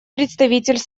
представитель